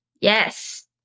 Yes